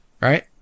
Right